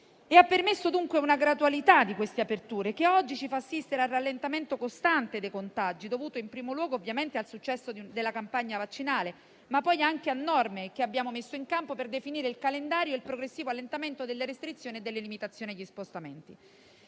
permesso una gradualità delle aperture, che oggi ci fa assistere al rallentamento costante dei contagi, dovuto in primo luogo al successo della campagna vaccinale, ma anche alle norme che abbiamo messo in campo per definire il calendario del progressivo allentamento delle restrizioni e delle limitazioni agli spostamenti.